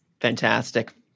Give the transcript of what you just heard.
Fantastic